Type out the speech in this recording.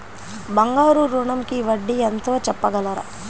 బంగారు ఋణంకి వడ్డీ ఎంతో చెప్పగలరా?